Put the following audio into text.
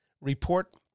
report